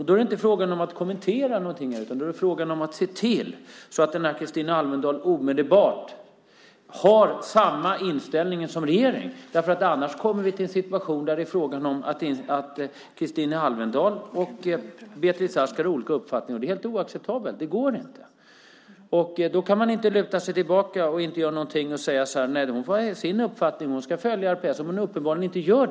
Då är det inte fråga om att kommentera någonting här, utan då är det fråga om att se till att denna Kristina Alvendal omedelbart får samma inställning som regeringen, för annars kommer vi i en situation där Kristina Alvendal och Beatrice Ask har olika uppfattningar, och det är helt oacceptabelt. Det går inte. Då kan man inte luta sig tillbaka och inte göra någonting och säga att hon får ha sin uppfattning och att hon ska följa RPS, som hon uppenbarligen inte gör.